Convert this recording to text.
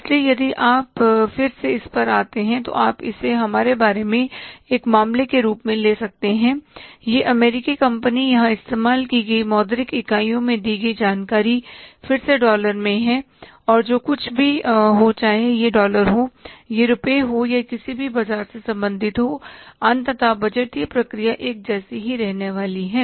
इसलिए यदि आप फिर से इस पर जाते हैं तो आप इसे हमारे बारे में एक मामले के रूप में ले सकते हैं यह अमेरिकी कंपनी यहां इस्तेमाल की गई मौद्रिक इकाइयों में दी गई जानकारी फिर से डॉलर में है और जो कुछ भी हो चाहे यह डॉलर हो यह रुपए में हो या यह किसी भी बाजार से संबंधित हो अंततः बजटीय प्रक्रिया एक जैसी ही रहने वाली है